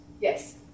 Yes